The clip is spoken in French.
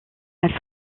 elle